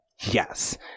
Yes